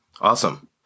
Awesome